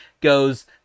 goes